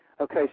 Okay